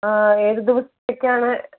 ആ ഏത് ദിവസത്തേക്കാണ്